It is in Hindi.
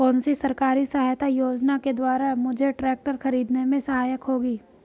कौनसी सरकारी सहायता योजना के द्वारा मुझे ट्रैक्टर खरीदने में सहायक होगी?